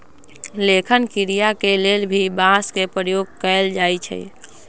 लेखन क्रिया के लेल भी बांस के प्रयोग कैल जाई छई